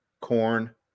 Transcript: corn